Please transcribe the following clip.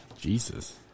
Jesus